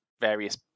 various